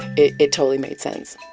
it it totally made sense.